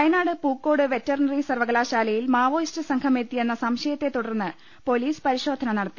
Wayanad Pookode veterinary സർവ്വകലാ ശാലയിൽ Maoist സംഘം എത്തിയെന്ന സംശയത്തെ തുടർന്ന് പൊലീസ് പരിശോധന നടത്തി